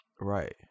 Right